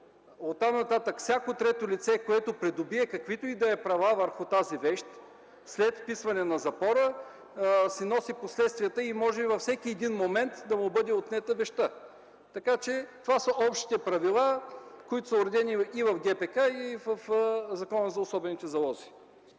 оттам нататък всяко трето лице, което придобие каквито и да е права върху тази вещ, след вписване на запора си носи последствията и може във всеки момент да му бъде отнета вещта. Това са общите правила, които са уредени и в ГПК, и в Закона за особените залози.